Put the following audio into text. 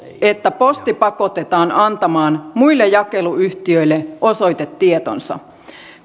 että posti pakotetaan antamaan muille jakeluyhtiöille osoitetietonsa